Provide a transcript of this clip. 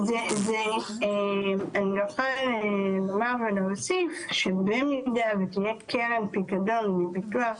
אני אוסיף שבין אם יהיה קרן פיקדון מהביטוח